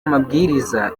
amabwiriza